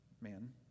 man